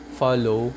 follow